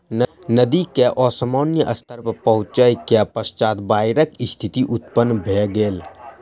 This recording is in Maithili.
नदी के असामान्य स्तर पर पहुँचै के पश्चात बाइढ़क स्थिति उत्पन्न भ गेल